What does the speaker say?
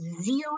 zero